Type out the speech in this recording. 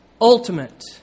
ultimate